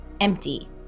empty